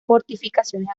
fortificaciones